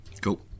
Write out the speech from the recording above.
Cool